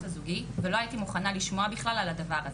הזוגי ולא הייתי מוכנה לשמוע בכלל על הדבר הזה,